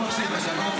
זה מה שהוא אמר.